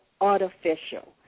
artificial